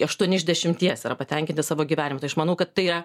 aštuoni iš dešimties yra patenkinti savo gyvenimu tai aš manau kad tai yra